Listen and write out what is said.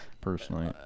personally